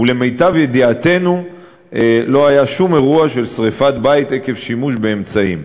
ולמיטב ידיעתנו לא היה שום אירוע של שרפת בית עקב שימוש באמצעים.